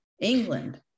England